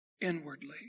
inwardly